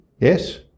yes